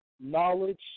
knowledge